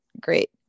great